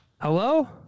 Hello